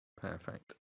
perfect